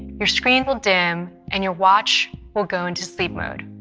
your screen will dim and your watch will go into sleep mode,